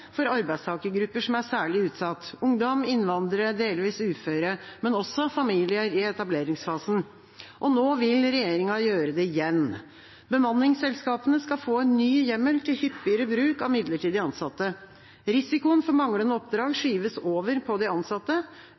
for arbeidstakergrupper som er særlig utsatt – ungdom, innvandrere, delvis uføre, men også familier i etableringsfasen. Nå vil regjeringa gjøre det igjen. Bemanningsselskapene skal få en ny hjemmel til hyppigere bruk av midlertidig ansatte. Risikoen for manglende oppdrag skyves over på de ansatte.